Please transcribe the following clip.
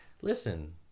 Listen